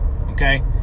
Okay